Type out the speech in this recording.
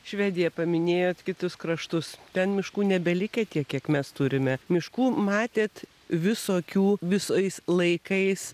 švedija paminėjot kitus kraštus ten miškų nebelikę tiek kiek mes turime miškų matėt visokių visais laikais